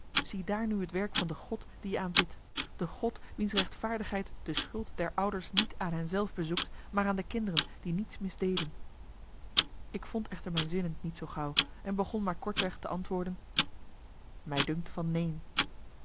ziedaar nu het werk van de god die je aanbidt de god wiens rechtvaardigheid de schuld der ouders niet aan hen zelf bezoekt maar aan de kinderen die niets misdeden ik vond echter mijn zinnen niet zoo gauw en begon maar met kortweg te antwoorden mij dunkt van neen